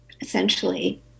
essentially